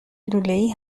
لولهای